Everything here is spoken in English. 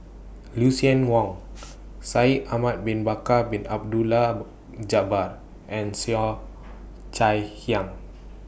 Lucien Wang Shaikh Ahmad Bin Bakar Bin Abdullah Jabbar and Cheo Chai Hiang